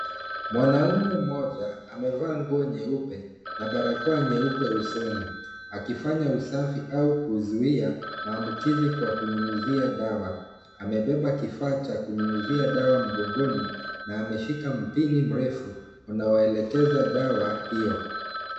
Mwanaume mmoja amevaa nguo nyeupe na barakoa nyeupe usoni akifanya usafi au kuzuia maambukizi kwa kunyunyizia dawa. Amebeba kifaa cha kunyunyizia dawa mgongoni na ameshika mpini mrefu unaoelekeza dawa hiyo.